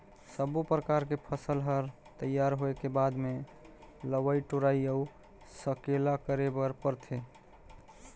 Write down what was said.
सब्बो परकर के फसल हर तइयार होए के बाद मे लवई टोराई अउ सकेला करे बर परथे